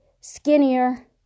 skinnier